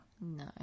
No